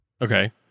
Okay